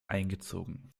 eingezogen